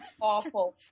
awful